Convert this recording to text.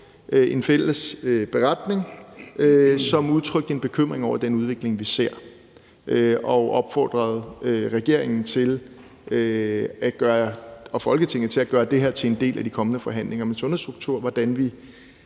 en fælles beretning, som udtrykte en bekymring over den udvikling, vi ser, og som opfordrede regeringen og Folketinget til at gøre det til en del af de kommende forhandlinger om en sundhedsstruktur, hvordan vi